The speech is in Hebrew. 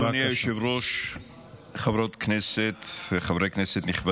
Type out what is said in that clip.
עדיף שירצחו ויאנסו אותנו.